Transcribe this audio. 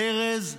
הברז סגור.